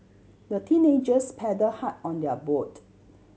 the teenagers paddle hard on their boat